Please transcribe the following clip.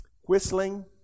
whistling